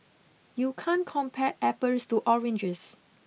you can't compare apples to oranges